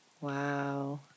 Wow